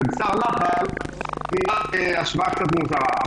זאת השוואה קצת מוזרה.